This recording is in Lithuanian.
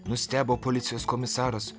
nustebo policijos komisaras